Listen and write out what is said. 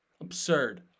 Absurd